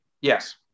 Yes